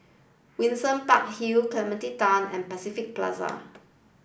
Windsor Park Hill Clementi Town and Pacific Plaza